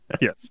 Yes